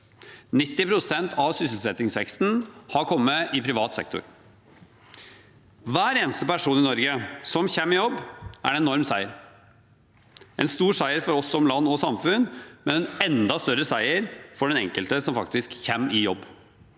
90 pst. av sysselsettingsveksten har kommet i privat sektor. Hver eneste person i Norge som kommer i jobb, er en enorm seier, en stor seier for oss som land og samfunn, men en enda større seier for den enkelte som faktisk kommer i jobb,